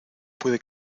puede